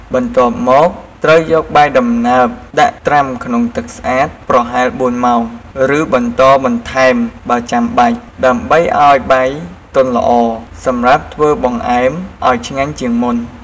បន្ទាប់មក ត្រូវយកបាយដំណើបដាក់ត្រាំក្នុងទឹកស្អាតប្រហែល ៤ ម៉ោង ឬបន្តបន្ថែមបើចាំបាច់ ដើម្បីឱ្យបាយទន់ល្អ សម្រាប់ធ្វើបង្អែមឱ្យឆ្ងាញ់ជាងមុន។